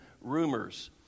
rumors